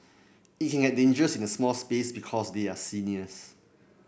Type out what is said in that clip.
it can get dangerous in a small space because they are seniors